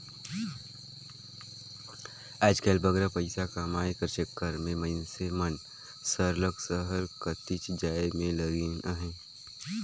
आएज काएल बगरा पइसा कमाए कर चक्कर में मइनसे मन सरलग सहर कतिच जाए में लगिन अहें